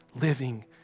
living